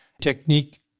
technique